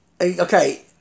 Okay